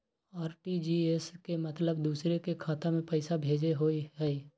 RTGS के मतलब दूसरे के खाता में पईसा भेजे होअ हई?